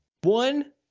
one